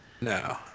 No